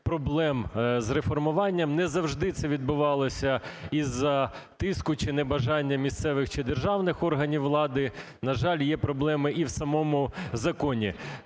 проблем з реформуванням. Не завжди це відбувалося із-за тиску чи небажання місцевих чи державних органів влади. На жаль, є проблема і в самому законі.